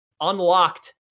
unlocked